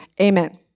amen